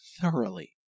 Thoroughly